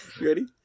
Ready